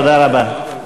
תודה רבה.